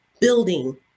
building